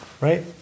right